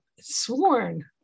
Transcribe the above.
sworn